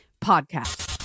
podcast